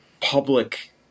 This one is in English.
public